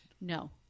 No